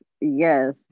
yes